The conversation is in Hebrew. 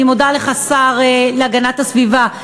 אני מודה לך, השר להגנת הסביבה,